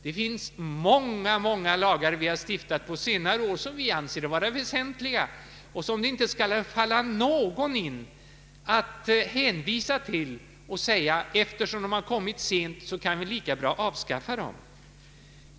Det finns många, många lagar som vi har stiftat på senare år, som vi anser väsentliga och som det inte skulle falla någon in att hänvisa till och säga, att eftersom de har tillkommit så sent kan vi lika bra avskaffa dem.